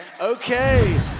Okay